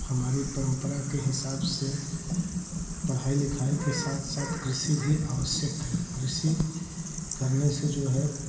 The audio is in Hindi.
हमारी परंपरा के हिसाब से पढ़ाई लिखाई के साथ साथ कृषि भी आवश्यक है कृषि करने से जो है